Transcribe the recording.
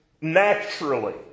naturally